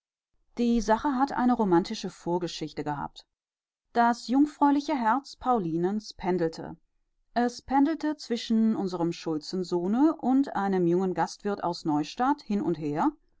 die sache hat eine romantische vorgeschichte gehabt das jungfräuliche herz paulinens pendelte es pendelte zwischen unserem schulzensohne und einem jungen gastwirt aus neustadt hin und her